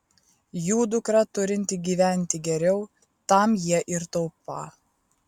jų dukra turinti gyventi geriau tam jie ir taupą